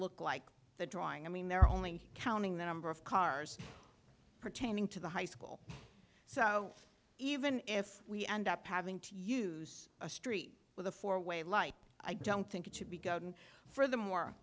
look like the drawing i mean there are only counting the number of cars pertaining to the high school so even if we end up having to use a street with a four way light i don't think it should be gotten for the more